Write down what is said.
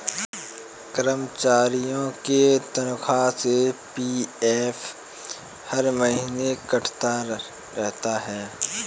कर्मचारियों के तनख्वाह से पी.एफ हर महीने कटता रहता है